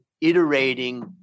iterating